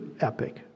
epic